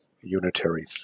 unitary